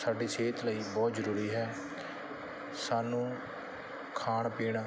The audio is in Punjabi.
ਸਾਡੀ ਸਿਹਤ ਲਈ ਬਹੁਤ ਜ਼ਰੂਰੀ ਹੈ ਸਾਨੂੰ ਖਾਣ ਪੀਣ